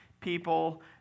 people